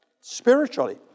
spiritually